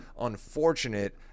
unfortunate